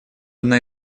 одна